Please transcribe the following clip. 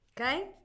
Okay